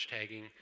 hashtagging